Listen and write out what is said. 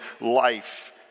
life